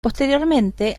posteriormente